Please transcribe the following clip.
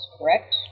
correct